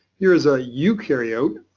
here is a eukaryote,